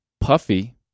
Puffy